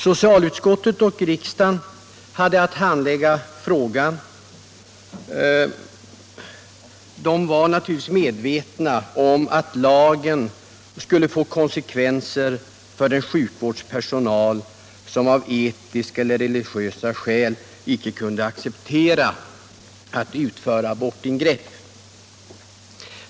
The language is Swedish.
Socialutskottet och riksdagen, som hade att handlägga frågan, var naturligtvis medvetna om att lagen skulle få konsekvenser för den sjukvårdspersonal som av etiska eller religiösa skäl inte kunde acceptera att utföra abortingrepp.